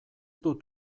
dut